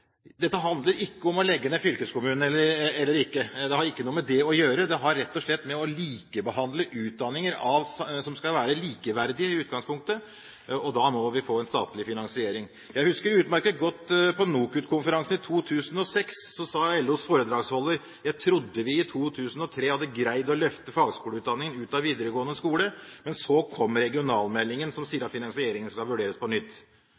Dette handler ikke om å legge ned fylkeskommunen eller ikke. Det har ikke noe med det å gjøre, men rett og slett om å likebehandle utdanninger som skal være likeverdige i utgangspunktet. Da må vi få en statlig finansiering. Jeg husker utmerket godt NOKUT-konferansen i 2006. Der sa LOs foredragsholder: Jeg trodde vi i 2003 hadde greid å løfte fagskoleutdanningen ut av videregående skole, men så kom regionalmeldingen, som sier at finansieringen skal vurderes på nytt.